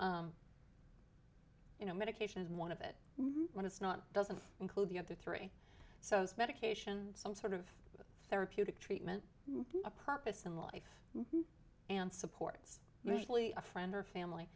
r you know medications one of it when it's not doesn't include the other three so it's medication some sort of therapeutic treatment a purpose in life and supports usually a friend or family